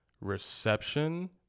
reception